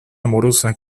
amorosa